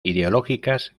ideológicas